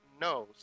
knows